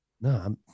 No